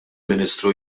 ministru